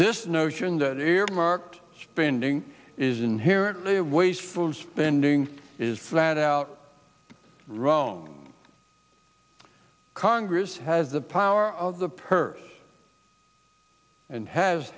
this notion that earmark spending is inherently wasteful spending is flat out wrong congress has the power of the purse and has